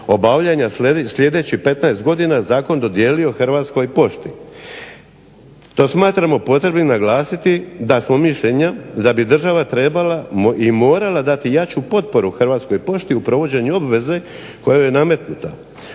obavljanja sljedećih 15 godina zakon je dodijelio Hrvatskoj pošti. To smatramo potrebnim naglasiti da smo mišljenja da bi država trebala i morala dati jaču potporu Hrvatskoj pošti u provođenju obveze koja joj je nametnuta.